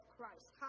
Christ